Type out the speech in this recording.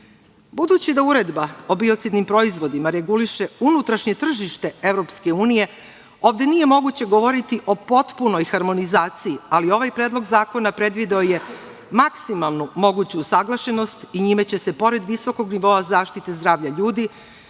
EU.Budući da Uredba o biocidnim proizvodima reguliše unutrašnje tržište EU, ovde nije moguće govoriti o potpunoj harmonizaciji, ali ovaj predlog zakona predvideo je maksimalnu moguću usaglašenost i njime će se, pored visokog nivoa zaštite zdravlja ljudi,